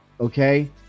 okay